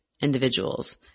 individuals